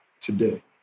today